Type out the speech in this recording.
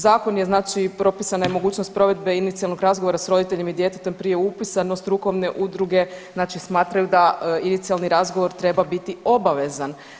Zakon je, znači, propisana je mogućnost provedbe inicijalnog razgovora s roditeljima i djetetom prije upisa, no strukovne udruge, znači smatraju da inicijalni razgovor treba biti obavezan.